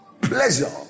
Pleasure